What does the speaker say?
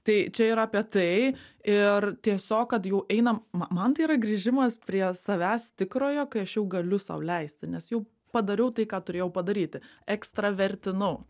tai čia yra apie tai ir tiesiog kad jau einam ma man tai yra grįžimas prie savęs tikrojo kai aš jau galiu sau leisti nes jau padariau tai ką turėjau padaryti ekstravertinau